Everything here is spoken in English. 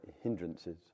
hindrances